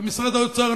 כי משרד האוצר,